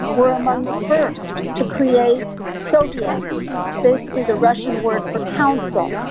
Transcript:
were among the first to create soviets, basically the russian word for council.